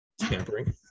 tampering